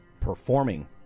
performing